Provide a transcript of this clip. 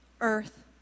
earth